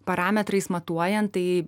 parametrais matuojant tai